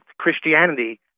Christianity